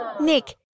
Nick